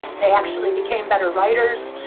they actually became better writers.